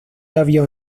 había